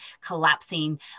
collapsing